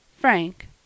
Frank